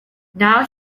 now